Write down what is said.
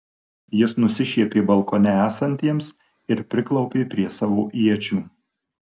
jis nusišiepė balkone esantiems ir priklaupė prie savo iečių